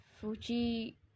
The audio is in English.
Fuji